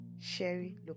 Sherry